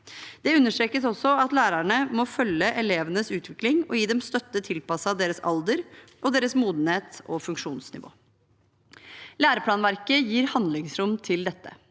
Det understrekes også at lærerne må følge elevenes utvikling og gi dem støtte tilpasset deres alder og deres modenhet og funksjonsnivå. Læreplanverket gir handlingsrom til dette.